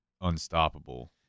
unstoppable